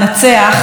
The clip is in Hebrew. תודה.